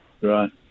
Right